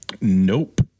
nope